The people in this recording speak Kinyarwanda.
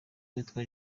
witwa